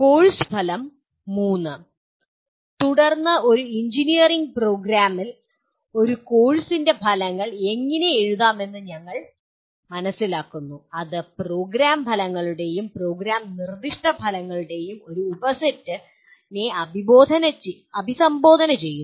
course ഫലം മൂന്ന് തുടർന്ന് ഒരു എഞ്ചിനീയറിംഗ് പ്രോഗ്രാമിൽ ഒരു കോഴ്സിൻ്റെ ഫലങ്ങൾ എങ്ങനെ എഴുതാമെന്ന് ഞങ്ങൾ മനസിലാക്കുന്നു അത് പ്രോഗ്രാം ഫലങ്ങളുടെയും പ്രോഗ്രാം നിർദ്ദിഷ്ട ഫലങ്ങളുടെയും ഒരു ഉപസെറ്റിനെ അഭിസംബോധന ചെയ്യുന്നു